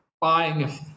buying